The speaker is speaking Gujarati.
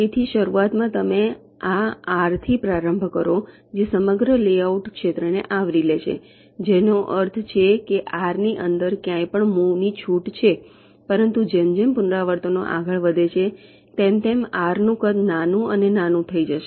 તેથી શરૂઆતમાં તમે આ આર થી પ્રારંભ કરો જે સમગ્ર લેઆઉટ ક્ષેત્રને આવરી લે છે જેનો અર્થ છે કે આર ની અંદર ક્યાંય પણ મુવ ની છૂટ છે પરંતુ જેમ જેમ પુનરાવર્તનો આગળ વધે છે તેમ તેમ આર નું આ કદ નાનું અને નાનું થઈ જશે